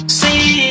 see